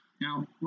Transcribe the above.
Now